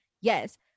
Yes